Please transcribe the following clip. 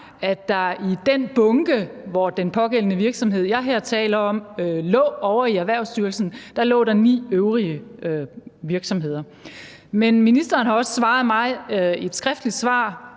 der i den bunke, hvor den pågældende virksomhed, jeg her taler om, lå, ovre i Erhvervsstyrelsen lå ni øvrige virksomheder. Men ministeren har også svaret mig i et skriftligt svar,